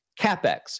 CapEx